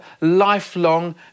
lifelong